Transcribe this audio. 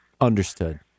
Understood